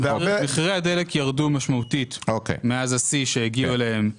מחירי הדלק ירדו משמעותית מאז השיא שהם הגיעו אליהם ביוני.